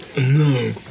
no